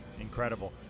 Incredible